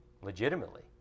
Legitimately